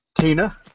Tina